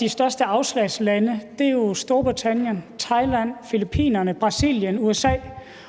de største afslagslande Storbritannien, Thailand, Filippinerne, Brasilien, USA